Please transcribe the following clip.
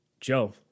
Joe